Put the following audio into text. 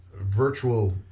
virtual